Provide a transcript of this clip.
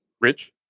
Rich